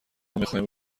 میخواهیم